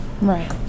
Right